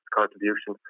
contribution